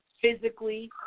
physically